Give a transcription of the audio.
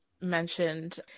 mentioned